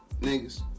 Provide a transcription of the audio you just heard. niggas